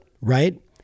Right